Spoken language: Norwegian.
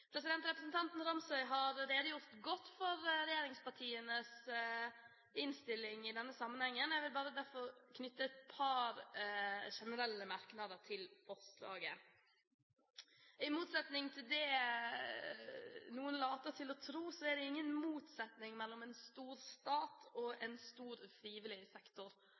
jeg. Representanten Ramsøy har redegjort godt for regjeringspartienes syn i denne sammenheng. Jeg vil derfor bare knytte et par generelle merknader til forslaget. I motsetning til det noen later til å tro, er det ingen motsetning mellom en stor stat og en stor frivillig sektor.